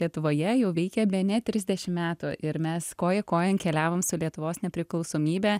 lietuvoje jau veikė bene trisdešimt metų ir mes koja kojon keliavom su lietuvos nepriklausomybę